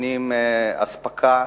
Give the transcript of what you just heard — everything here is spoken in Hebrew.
נותנים אספקה,